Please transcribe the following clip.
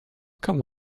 come